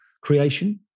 creation